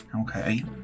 Okay